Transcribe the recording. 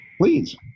Please